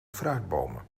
fruitbomen